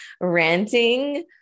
ranting